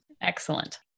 Excellent